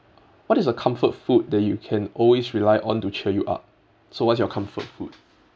what is a comfort food that you can always rely on to cheer you up so what is your comfort food